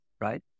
right